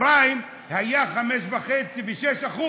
הפריים היה 5.5% ו-6%,